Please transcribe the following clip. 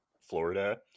florida